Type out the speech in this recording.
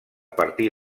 partir